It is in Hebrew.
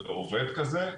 לעובד כזה,